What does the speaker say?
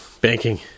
banking